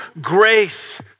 grace